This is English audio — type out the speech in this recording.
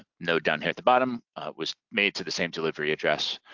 node down here at the bottom was made to the same delivery address.